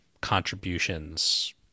contributions